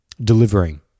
delivering